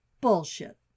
Bullshit